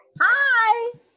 hi